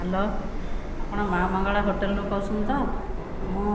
hello ଆପଣ Maa' Mangala hotel ରୁ କହୁଛନ୍ତି ତ ମୁଁ